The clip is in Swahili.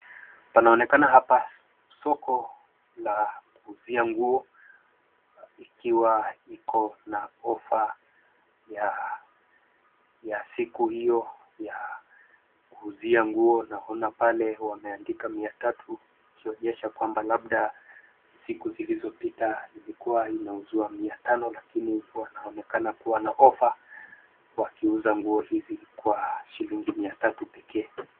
Panaonekana hapa soko la kuuzia nguo ikiwa iko na offer ya siku hiyo ya kuuzia nguo naona pale wameandika mia tatu ikionyesha kwamba labda siku zilizopita ilikua inauzwa mia tano lakini wanaonekana kuwa na offer wakiuza nguo hizi kwa shilingi mia tatu pekee.